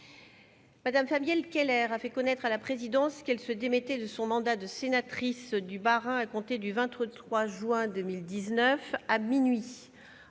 Mme Fabienne Keller a fait connaître à la présidence qu'elle se démettait de son mandat de sénateur du Bas-Rhin à compter du 23 juin 2019, à minuit.